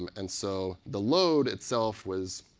um and so the load itself was,